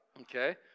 Okay